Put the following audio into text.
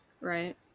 right